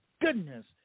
goodness